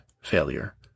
failure